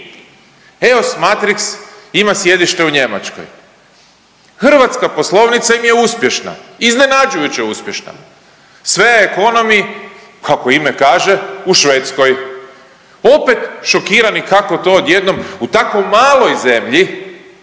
EOS Matrix ima sjedište u Njemačkoj, hrvatska poslovnica im je uspješna, iznenađujuće uspješna, SVEA ekonomi kako ime kaže u Švedskoj, opet šokirani kako to odjednom u tako maloj zemlji